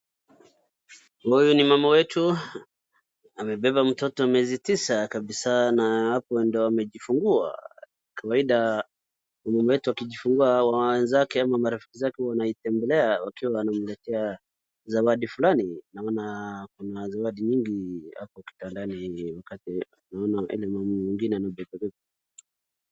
Huyu ni mama wetu amebeba mtoto miezi tisa kabisa na hapo ndio amejifungua. Kawaida mwenzetu akijifungua wenzake ama marafiki zake wanamtembelea wakiwa wamemletea zawadi fulani naona kuna zawadi nyingi hapo kitandani ni mkate naona mama mwengine.